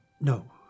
No